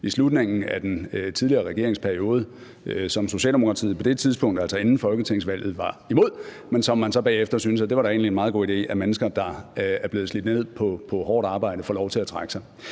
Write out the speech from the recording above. i slutningen af den tidligere regerings periode. Den var Socialdemokratiet på det tidspunkt, altså inden folketingsvalget, imod, men bagefter syntes man så, at det da egentlig var en meget god idé, at mennesker, der er blevet slidt ned af hårdt arbejde, får lov til at trække sig.